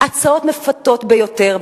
הצעות מפתות ביותר.